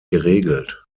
geregelt